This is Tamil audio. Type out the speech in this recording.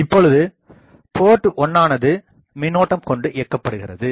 இப்பொழுது போர்ட்1 ஆனது மின்னோட்டம் கொண்டு இயக்கப்படுகிறது